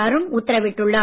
அருண் உத்தரவிட்டுள்ளார்